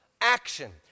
action